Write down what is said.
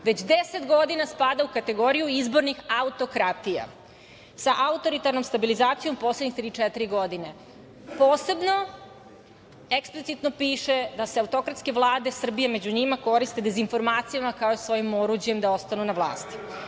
već deset godina spada u kategoriju izbornih autokratija, sa autoritarnom stabilizacijom poslednjih tri ili četiri godina. Posebno, eksplicitno piše da se autokratske Vlade Srbije, među njima koriste dezinformacijama, kao svojim oruđem da ostanu na